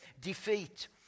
defeat